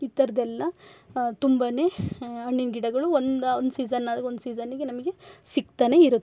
ಈತರ್ದೆಲ್ಲ ತುಂಬ ಹಣ್ಣಿನ ಗಿಡಗಳು ಒಂದು ಒಂದು ಸೀಸನಗೆ ಒಂದು ಸೀಸನಿಗೆ ನಮಗೆ ಸಿಗ್ತನೆ ಇರುತ್ತೆ